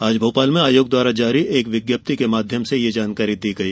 आज भोपाल में आयोग द्वारा जारी एक विज्ञप्ति के माध्यम से जानकारी दी गई